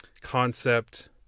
concept